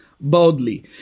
boldly